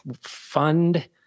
fund